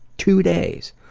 two days,